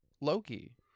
loki